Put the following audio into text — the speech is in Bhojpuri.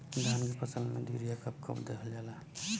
धान के फसल में यूरिया कब कब दहल जाला?